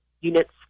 units